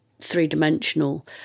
three-dimensional